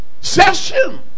Session